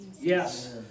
Yes